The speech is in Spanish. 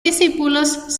discípulos